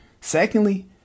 Secondly